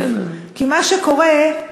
כי מה שקורה,